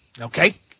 Okay